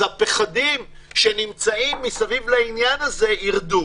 אז הפחדים שיש סביב העניין הזה יירדו.